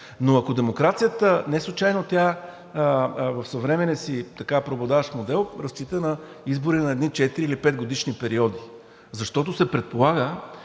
Но ако демокрацията, неслучайно тя в съвременния си преобладаващ модел разчита на избори на едни четири или петгодишни периоди, защото се предполага,